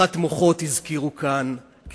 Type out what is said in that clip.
הזכירו כאן בריחת מוחות,